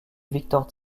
victor